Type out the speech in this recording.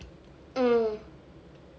mm